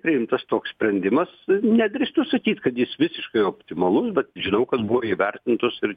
priimtas toks sprendimas nedrįstu sakyt kad jis visiškai optimalus bet žinau kad buvo įvertintos ir